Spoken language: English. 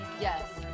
Yes